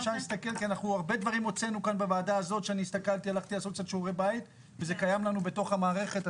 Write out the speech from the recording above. כי זה קיים לנו בתוך המערכת,